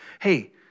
hey